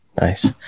Nice